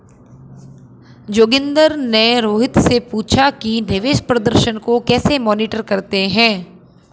जोगिंदर ने रोहित से पूछा कि निवेश प्रदर्शन को कैसे मॉनिटर करते हैं?